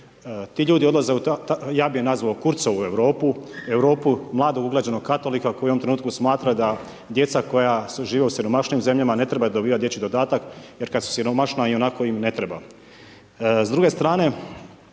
Ti ljudi odlaze, ja bi ih nazvao u Kurzovu Europu, Europu mladog, uglađenog katolika koji u ovom trenutku smatra da djeca koja su živjela u siromašnijim zemljama, ne trebaju dobivati dječji dodatak jer kas su siromašna ionako im ne treba.